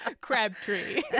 Crabtree